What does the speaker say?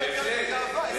מה יותר גאווה מזה?